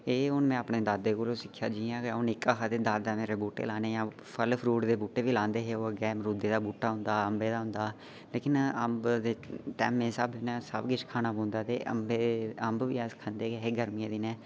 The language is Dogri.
एह् हून में अपने दादे कोला सिक्खेआ जि'यां गै अ'ऊं निक्का हा दादा ने बूह्टे लाने फल फ्रूट दे बूह्टे बी लांदे हे ओह् अमरूदै दा बहूटा होंदा अम्बै दा होंदा लेकिन अम्ब दे टैमे दे स्हाबै नै सब किश खाने पौंदाते अम्ब बी अस खंदे ऐ हे गर्मियें दे दिनै